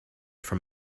from